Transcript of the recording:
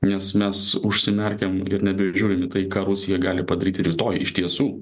nes mes užsimerkiam ir nebeįžiūrim į tai ką rusija gali padaryti rytoj iš tiesų